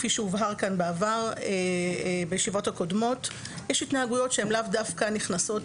כפי שהובהר כאן בעבר בישיבות הקודמות יש התנהגויות שלאו דווקא נכנסות